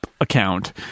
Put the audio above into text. account